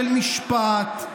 של משפט,